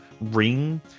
ring